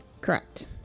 Correct